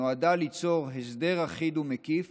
שנועדה ליצור הסדר אחיד ומקיף